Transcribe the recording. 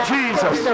Jesus